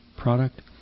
product